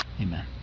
amen